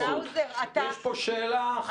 אבל האוזר, אתה --- יש פה שאלה אחת.